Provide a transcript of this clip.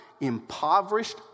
impoverished